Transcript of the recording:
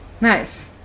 Nice